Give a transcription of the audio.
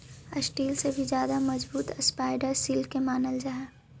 steel से भी ज्यादा मजबूत स्पाइडर सिल्क के मानल जा हई